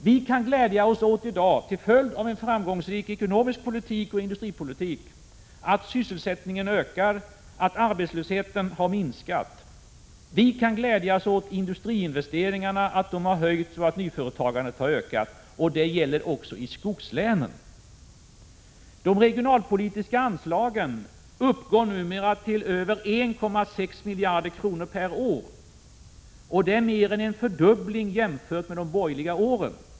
Vi kan i dag glädja oss åt, till följd av en framgångsrik ekonomisk politik och industripolitik, att sysselsättningen ökar och att arbetslösheten har minskat. Vi kan glädja oss åt att industriinvesteringarna höjts och att nyföretagandet har ökat. Detta gäller även skogslänen. De regionalpolitiska anslagen uppgår numera till över 1,6 miljarder kronor per år. Det är mer än fördubbling jämfört med anslagen under de borgerliga åren.